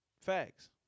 Facts